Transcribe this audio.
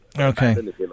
okay